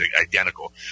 identical